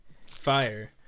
fire